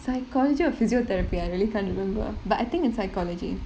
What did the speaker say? psychology or physiotherapy I really can't remember but I think it's psychology